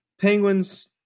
Penguins